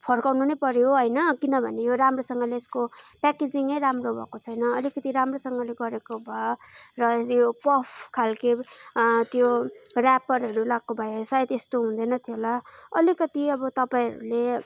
फर्काउनु नै पऱ्यो होइन किनभने यो राम्रोसँगले यसको प्याकेजिङ नै राम्रो भएको छैन अलिकति राम्रोसँगले गरेको भए र यो पफ खाल्के त्यो र्यापरहरू लगाएको भए सायद यस्तो हुँदैन थियो होला अलिकति अब तपाईँहरूले